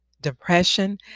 depression